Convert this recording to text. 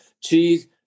cheese